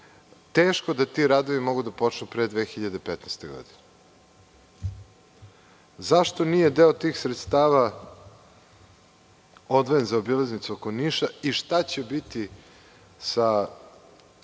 da ti radovi mogu da počnu pre 2015. godine. Zašto nije deo tih sredstava odvojen za obilaznicu oko Niša i šta će biti sa